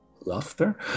Laughter